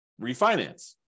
refinance